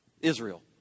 Israel